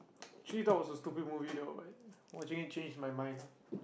i actually thought it was a stupid movie though but watching it changed my mind